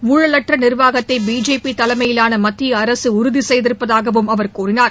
ஊழலற்ற நிர்வாகத்தை பிஜேபி தலைமையிலான மத்திய அரசு உறுதி செய்திருப்பதாகவும் அவர் கூறினார்